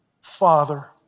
Father